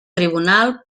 tribunal